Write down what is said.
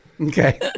Okay